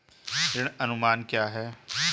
ऋण अनुमान क्या है?